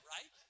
Right